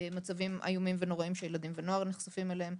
מצבים איומים ונוראים שילדים ונוער נחשפים אליהם.